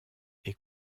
est